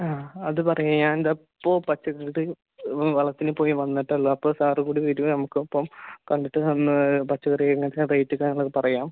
ആ അത് പറയാം ഞാൻ ഇതാ ഇപ്പോൾ പച്ചക്കറി വളത്തിനു പോയി വന്നിട്ടേ ഉള്ളൂ അപ്പോൾ സാർ കൂടി വരികയാണ് നമുക്ക് ഒപ്പം കണ്ടിട്ട് ഒന്ന് പച്ചക്കറി ഇങ്ങനത്തെ റേറ്റ് കാര്യങ്ങളൊക്കെ പറയാം